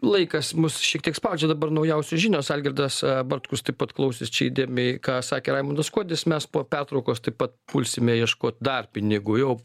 laikas mus šiek tiek spaudžia dabar naujausios žinios algirdas bartkus taip pat klausės įdėmiai ką sakė raimundas kuodis mes po pertraukos taip pat pulsime ieškot dar pinigų jau